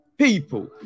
People